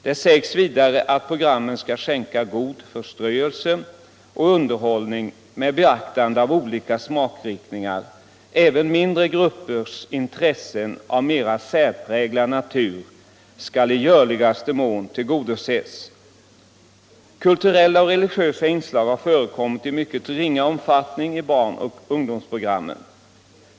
Det sägs vidare att programmen skall skänka god förströelse och underhållning med beaktande av olika smakriktningar. Även mindre gruppers intressen av mera särpräglad natur skall i görligaste mån tillgodoses. Kulturella och religiösa inslag har förekommit i mycket ringa omfattning i program för barn och ungdom.